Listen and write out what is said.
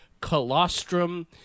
colostrum